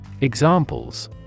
Examples